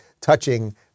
touching